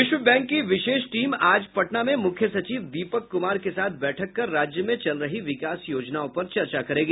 विश्व बैंक की विशेष टीम आज पटना में मुख्य सचिव दीपक कुमार के साथ बैठक कर राज्य में चल रही विकास योजनाओं पर चर्चा करेगी